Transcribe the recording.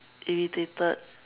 irritated